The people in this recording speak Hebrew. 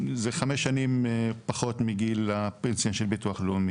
זה חמש שנים פחות מגיל הפנסיה של ביטוח לאומי.